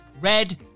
red